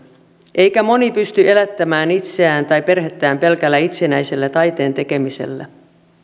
eikä moni pysty elättämään itseään tai perhettään pelkällä itsenäisellä taiteen tekemisellä